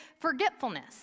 forgetfulness